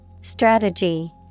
Strategy